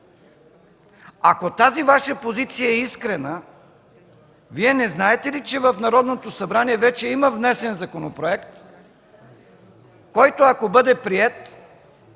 Ако тази Ваша позиция е искрена, Вие не знаете ли, че в Народното събрание вече има внесен законопроект, който ако бъде приет,